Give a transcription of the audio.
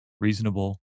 reasonable